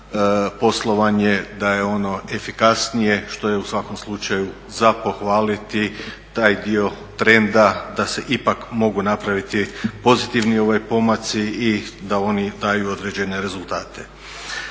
poslovanje, da je ono efikasnije što je u svakom slučaju za pohvaliti taj dio trenda da se ipak mogu napraviti pozitivni pomaci i da oni daju određene rezultate.